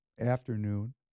afternoon